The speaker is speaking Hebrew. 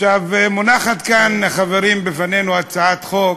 מונחת כאן, חברים, בפנינו, הצעת חוק,